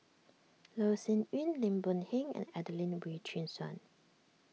Loh Sin Yun Lim Boon Heng and Adelene Wee Chin Suan